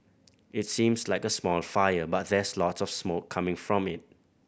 it seems like a small fire but there's lots of smoke coming from it